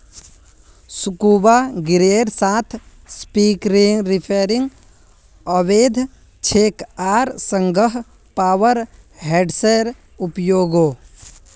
scuba गियरेर साथ spearfishing अवैध छेक आर संगह पावर हेड्सेर उपयोगो